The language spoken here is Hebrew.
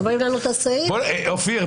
אופיר,